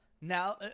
Now